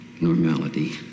normality